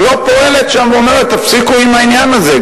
ולא פועלת שם ואומרת: תפסיקו עם העניין הזה?